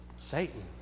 Satan